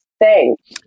Thanks